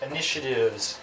Initiatives